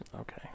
Okay